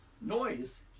noise